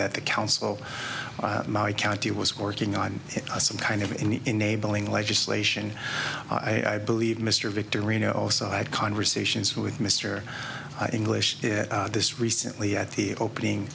that the council my county was working on some kind of in the enabling legislation i believe mr victor reno also had conversations with mr english this recently at the opening